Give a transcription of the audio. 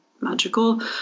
magical